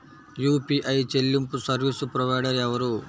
UPI చెల్లింపు service provider ఎవరు?